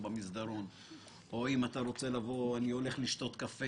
בניגוד למה שיכול להיות שעולה בתקשורת,